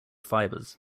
fibers